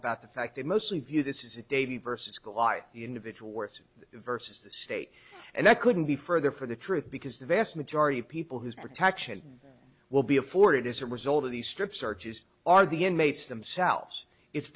about the fact that most of you this is a david versus goliath individual worths versus the state and that couldn't be further from the truth because the vast majority of people whose protection will be afforded as a result of the strip searches are the inmates themselves it's